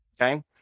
Okay